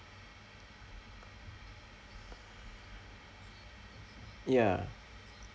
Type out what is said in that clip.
ya